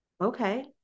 okay